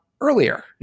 earlier